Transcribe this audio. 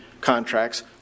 contracts